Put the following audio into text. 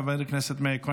חבר הכנסת מאיר כהן,